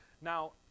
Now